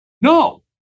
No